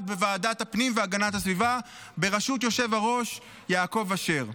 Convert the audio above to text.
בוועדת הפנים והגנת הסביבה בראשות היושב-ראש יעקב אשר.